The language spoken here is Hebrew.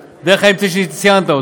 דרך האמצע שציינת.